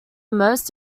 most